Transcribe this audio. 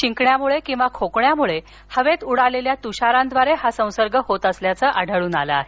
शिंकण्यामुळे किंवा खोकल्यामुळे हवेत उडालेल्या तुषारांद्वारे हा संसर्ग होत असल्याचं आढळून आलं आहे